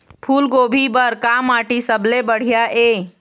फूलगोभी बर का माटी सबले सबले बढ़िया ये?